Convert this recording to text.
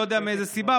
לא יודע מאיזו סיבה,